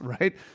right